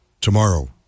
Tomorrow